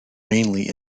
mainly